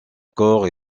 corps